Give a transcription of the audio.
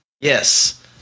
Yes